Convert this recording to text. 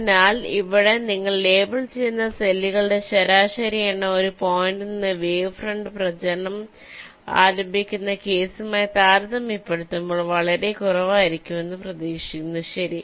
അതിനാൽ ഇവിടെ നിങ്ങൾ ലേബൽ ചെയ്യുന്ന സെല്ലുകളുടെ ശരാശരി എണ്ണം ഒരു പോയിന്റിൽ നിന്ന് വേവ് ഫ്രണ്ട് പ്രചരണം ആരംഭിക്കുന്ന കേസുമായി താരതമ്യപ്പെടുത്തുമ്പോൾ വളരെ കുറവായിരിക്കുമെന്ന് പ്രതീക്ഷിക്കുന്നു ശരി